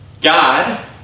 God